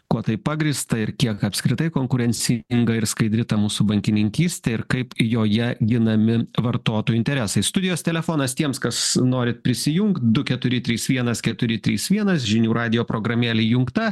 kuo tai pagrįsta ir kiek apskritai konkurencinga ir skaidri ta mūsų bankininkystė ir kaip joje ginami vartotojų interesai studijos telefonas tiems kas norit prisijungt du keturi trys vienas keturi trys vienas žinių radijo programėlė įjungta